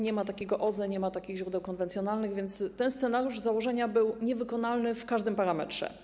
Nie ma takiego OZE, nie ma takich źródeł konwencjonalnych, więc ten scenariusz z założenia był niewykonalny w każdym parametrze.